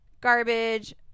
garbage